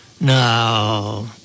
No